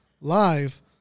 live